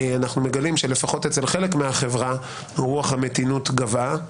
אנחנו מגלים שלפחות אצל חלק מהחברה רוח המתינות גוועה.